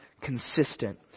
consistent